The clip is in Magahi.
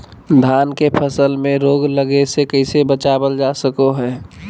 धान के फसल में रोग लगे से कैसे बचाबल जा सको हय?